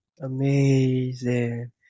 Amazing